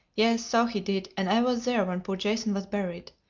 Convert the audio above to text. yes, so he did, and i was there when poor jason was buried.